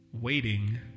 Waiting